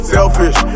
Selfish